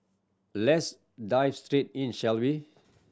let's dive straight in shall we